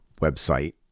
website